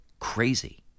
Crazy